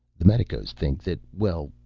the medicos think that. well,